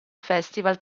festival